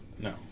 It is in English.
No